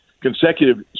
consecutive